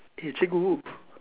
eh cikgu